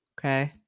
okay